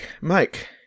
Mike